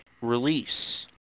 release